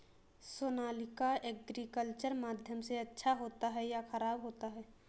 Sonalika agriculture माध्यम से अच्छा होता है या ख़राब होता है?